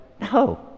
No